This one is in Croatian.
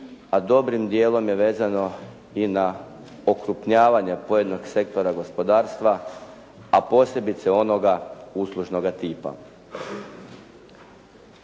a dobrim dijelom je vezano i na okrupnjavanje pojedinog sektora gospodarstva, a posebice onoga uslužnoga tipa.